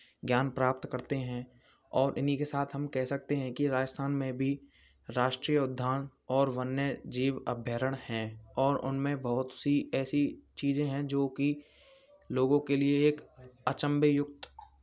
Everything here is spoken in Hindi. ज्ञान प्राप्त करते हैं और इन्हीं के साथ हम कह सकते हैं कि राजस्थान में भी राष्ट्रीय उद्यान और वन्यजीव अभ्यारण्य हैं और उनमें बहुत सी ऐसी चीज़ें हैं जोकि लोगों के लिए एक अचंभेयुक्त